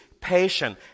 patience